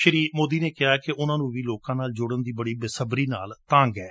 ਸ੍ਜੀ ਮੋਦੀ ਨੇ ਕਿਹਾ ਕਿ ਉਨ੍ਹਾਂ ਨੂੰ ਵੀ ਲੋਕਾਂ ਨਾਲ ਜੁੜਨ ਦੀ ਬੜੀ ਬੇਸਬਰੀ ਨਾਲ ਤਾਂਹਰਾ ਹੈ